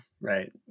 right